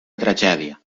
tragèdia